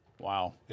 Wow